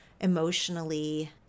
emotionally